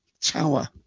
Tower